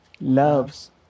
loves